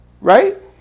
right